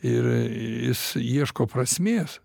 ir is ieško prasmės